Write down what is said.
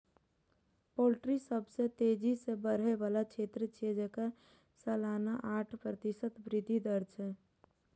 poultry सबसं तेजी सं बढ़ै बला क्षेत्र छियै, जेकर सालाना आठ प्रतिशत वृद्धि दर छै